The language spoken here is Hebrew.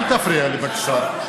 אל תפריע לי, בבקשה.